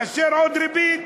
מאשר עוד ריבית.